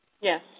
Yes